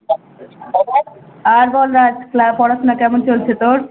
আর বল রাজ ক্লা পড়াশোনা কেমন চলছে তোর